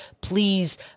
please